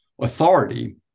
authority